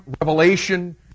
revelation